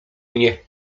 mnie